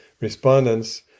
Respondents